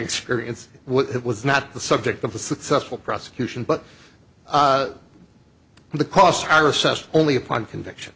experience it was not the subject of the successful prosecution but the costs are assessed only upon conviction